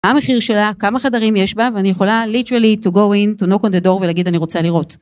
המחיר שלה, כמה חדרים יש בה ואני יכולה ליטרלי to go in to knock on the door ולהגיד אני רוצה לראות.